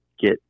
get